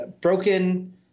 broken